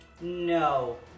No